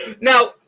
Now